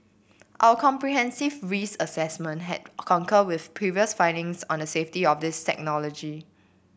our comprehensive risk assessment has concurred with previous findings on the safety of this technology